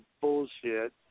bullshit